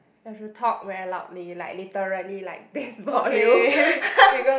have to talk very loudly like literally like this volume